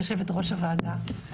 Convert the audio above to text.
יושבת-ראש הוועדה,